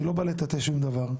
אני לא בא לטאטא שום דבר,